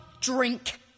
drink